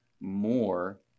more